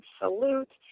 salute